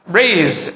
raise